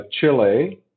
Chile